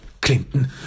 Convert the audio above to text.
Clinton